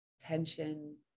tension